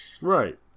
right